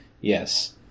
Yes